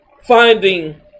finding